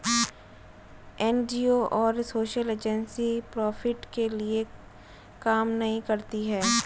NGO और social agency profit के लिए काम नहीं करती है